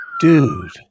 Dude